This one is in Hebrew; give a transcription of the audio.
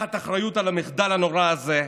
לקחת אחריות על המחדל הנורא הזה,